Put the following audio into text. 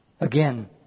Again